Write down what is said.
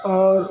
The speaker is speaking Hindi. और